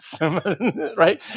right